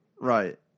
Right